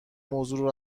موضوع